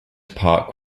park